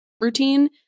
routine